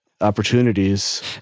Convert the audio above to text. opportunities